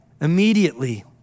Immediately